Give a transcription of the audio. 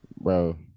Bro